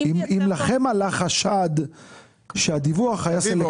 אם לכם עלה חשד שהדיווח היה סלקטיבי.